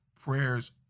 prayers